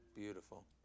Beautiful